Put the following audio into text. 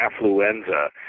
Affluenza